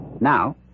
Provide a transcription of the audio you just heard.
Now